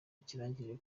ikirangirire